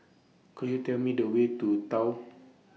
Could YOU Tell Me The Way to Tao